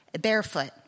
barefoot